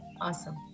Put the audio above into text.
awesome